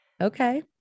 Okay